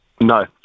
No